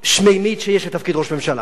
שמימית שיש לתפקיד ראש ממשלה.